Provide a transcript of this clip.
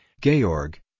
Georg